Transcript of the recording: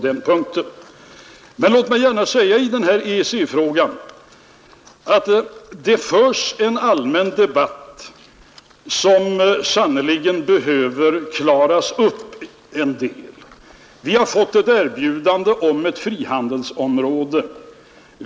Beträffande EEC-frågan förs det en allmän debatt som sannerligen behöver klaras ut en del. Vi har fått ett erbjudande om ett frihandelsområde.